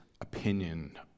opinion